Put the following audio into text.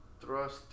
Thrust